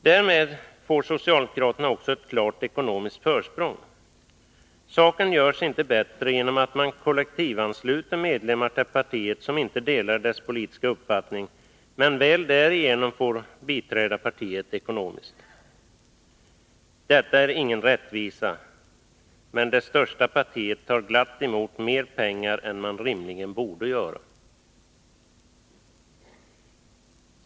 Därmed får socialdemokraterna ett klart ekonomiskt försprång. Saken görs inte bättre genom att man till partiet kollektivansluter medlemmar, vilka inte delar partiets politiska uppfattning men väl därigenom får stödja partiet ekonomiskt. Detta är ingen rättvisa, men det största partiet tar glatt emot mer pengar än det rimligen borde göra.